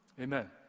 amen